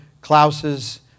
Klaus's